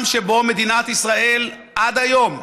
בעולם שבו מדינת ישראל עד היום,